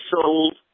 sold